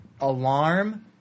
alarm